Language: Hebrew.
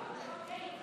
של קבוצת סיעת